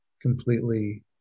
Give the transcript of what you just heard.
completely